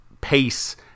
pace